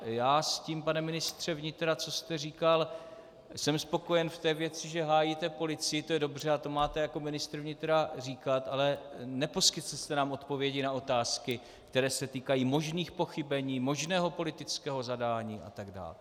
Já s tím, pane ministře vnitra, co jste říkal, jsem spokojen v té věci, že hájíte policii, to je dobře a to máte jako ministr vnitra říkat, ale neposkytl jste nám odpovědi na otázky, které se týkají možných pochybení, možného politického zadání atd.